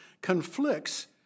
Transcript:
conflicts